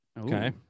Okay